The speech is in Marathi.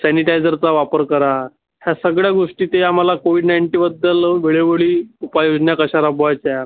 सॅनिटायझरचा वापर करा ह्या सगळ्या गोष्टी ते आम्हाला कोविड नाईनटीबद्दल वेळोवेळी उपाययोजना कशा राबवायच्या